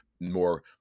more